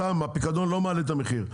הפיקדון לא מעלה את המחיר.